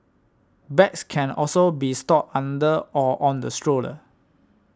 bags can also be stored under or on the stroller